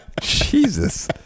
Jesus